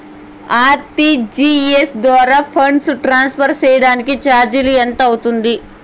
RTGS ద్వారా funds transfer సేయడానికి చార్జీలు ఎంత అవుతుంది